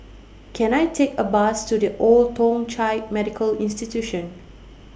Can I Take A Bus to The Old Thong Chai Medical Institution